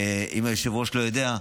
אם היושב-ראש לא יודע: